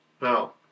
No